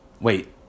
wait